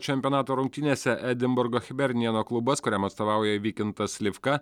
čempionato rungtynėse edinburgo chibernieno klubas kuriam atstovauja vykintas slivka